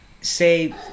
Say